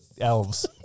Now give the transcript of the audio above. elves